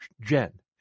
Jen